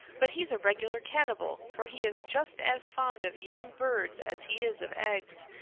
but he's a regular cannibal, for he is just as fond of young birds as he is of eggs,